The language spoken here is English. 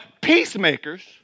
peacemakers